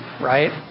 right